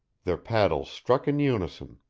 their paddles struck in unison.